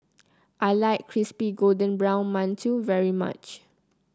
I like Crispy Golden Brown Mantou very much